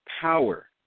power